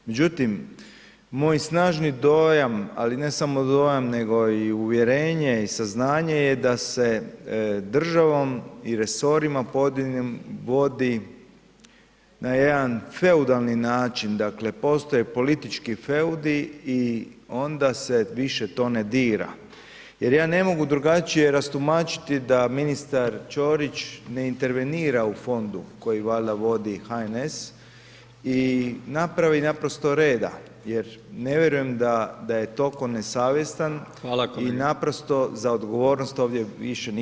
Međutim moj snažni dojam, ali ne samo dojam nego i uvjerenje i saznanje je da se državom i resorima vodi na jedan feudalni način, dakle postoje politički feudi i onda se više to ne dira jer ja ne mogu drugačije rastumačiti da ministar Ćorić ne intervenira u fondu koji valjda vodi HNS i napravi naprosto reda jer ne vjerujem da je toliko nesavjestan i naprosto za odgovornost ovdje više niko ne pita.